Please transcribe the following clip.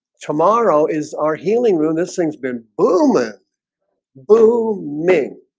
tomorrow is our healing room. this thing's been boom-boom and boom-boom me